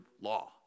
law